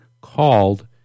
called